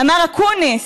אמר אקוניס